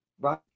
Right